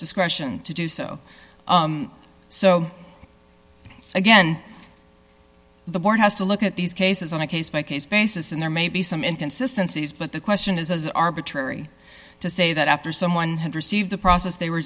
discretion to do so so again the board has to look at these cases on a case by case basis and there may be some inconsistency is but the question is as arbitrary to say that after someone had received the process they were